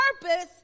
purpose